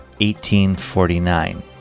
1849